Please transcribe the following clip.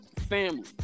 family